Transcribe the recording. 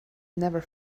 never